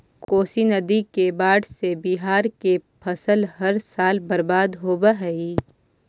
कोशी नदी के बाढ़ से बिहार के फसल हर साल बर्बाद होवऽ हइ